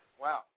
Wow